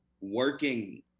working